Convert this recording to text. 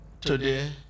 Today